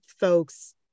folks-